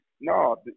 no